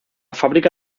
fábrica